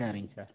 சரிங்க சார்